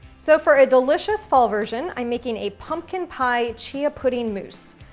so, for a delicious fall version, i'm making a pumpkin pie chia pudding mousse.